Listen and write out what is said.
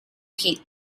heat